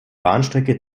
bahnstrecke